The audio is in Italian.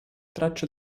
tracce